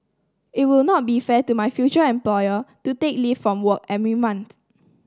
it will not be fair to my future employer to take leave from work every month